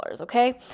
Okay